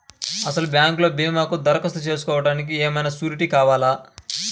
అసలు బ్యాంక్లో భీమాకు దరఖాస్తు చేసుకోవడానికి ఏమయినా సూరీటీ కావాలా?